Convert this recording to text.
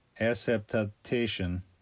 acceptation